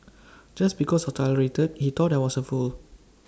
just because I tolerated he thought I was A fool